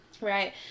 Right